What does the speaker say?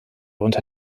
unter